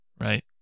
right